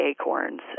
acorns